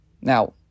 Now